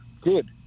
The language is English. good